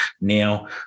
now